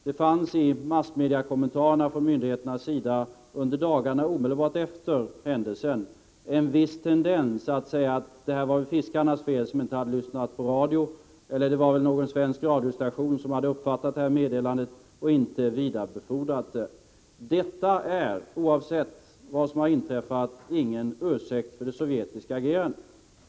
Det fanns i massmediakommentarerna från myndigheternas sida under dagarna omedelbart efter händelsen en viss tendens att säga att detta var fiskarnas fel som inte hade lyssnat på radio eller att det var någon svensk radiostation som hade uppfattat meddelandet och inte vidarebefordrat det. Detta är, oavsett vad som har inträffat, ingen ursäkt för det sovjetiska agerandet.